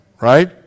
Right